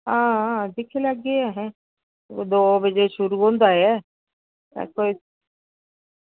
हां दिक्खी लैगे ऐहें दो बजे शुरू होंदा ऐ ते कोई